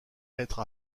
être